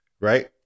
right